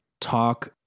talk